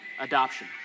adoption